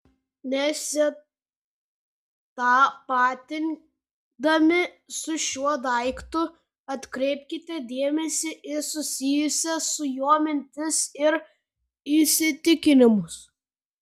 nesitapatindami su šiuo daiktu atkreipkite dėmesį į susijusias su juo mintis ir įsitikinimus